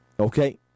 Okay